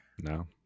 No